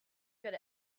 good